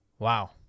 Wow